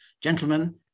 gentlemen